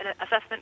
assessment